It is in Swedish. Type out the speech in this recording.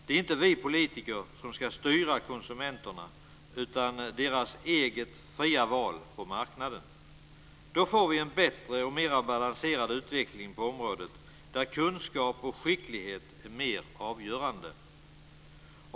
Det är inte vi politiker som ska styra konsumenterna, utan det är deras eget fria val på marknaden som ska styra. Då får vi en bättre och mer balanserad utveckling på området där kunskap och skicklighet är mer avgörande.